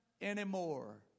Anymore